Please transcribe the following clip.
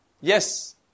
Yes